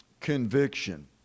conviction